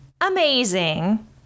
amazing